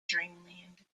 dreamland